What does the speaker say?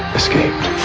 escaped